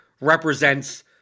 represents